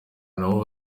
nabo